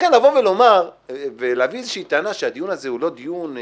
לכן להביא איזושהי טענה שהדיון הזה הוא לא דיון מקצועי,